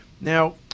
Now